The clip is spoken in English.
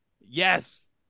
Yes